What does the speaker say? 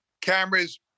Cameras